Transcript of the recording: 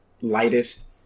lightest